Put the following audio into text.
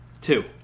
Two